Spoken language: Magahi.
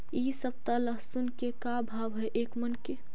इ सप्ताह लहसुन के का भाव है एक मन के?